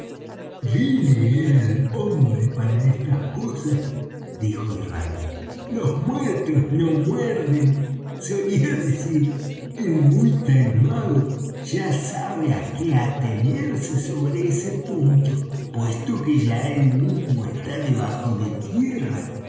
el hombre para estas cosas dijo israel los muertos no muerden solía decir el muy taimado ya sabe á qué atenerse sobre ese punto puesto que ya él mismo está debajo de tierra